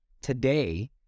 today